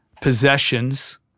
possessions